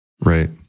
Right